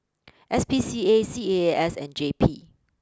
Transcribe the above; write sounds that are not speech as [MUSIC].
[NOISE] S P C A C A A S and J P